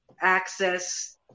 access